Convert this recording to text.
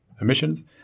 emissions